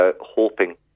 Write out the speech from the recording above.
hoping